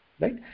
right